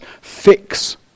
fix